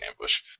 ambush